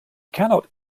cannot